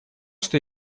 что